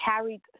carried